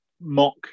mock